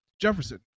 Jefferson